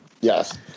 Yes